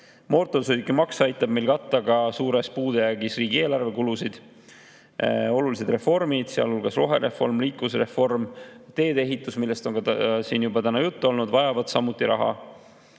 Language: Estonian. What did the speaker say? Mootorsõidukimaks aitab meil katta ka suures puudujäägis oleva riigieelarve kulusid. Olulised reformid, sealhulgas rohereform, liikuvusreform, tee-ehitus, millest on ka täna juba juttu olnud, vajavad samuti raha.